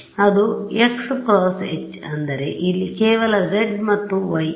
ಅದು xˆ × H ಅಂದರೆ ಇಲ್ಲಿ ಕೇವಲ zˆ ಮತ್ತು yˆ ಇದೆ